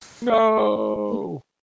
No